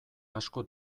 asko